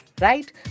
right